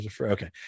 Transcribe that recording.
Okay